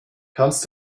kannst